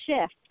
shift